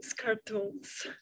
cartoons